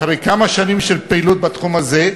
אחרי כמה שנים של פעילות בתחום הזה,